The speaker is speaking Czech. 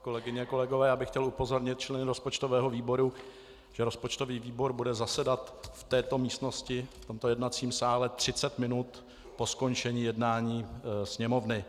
Kolegyně, kolegové, já bych chtěl upozornit členy rozpočtového výboru, že rozpočtový výbor bude zasedat v této místnosti, v tomto jednacím sále, 30 minut po skončení jednání Sněmovny.